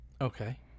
Okay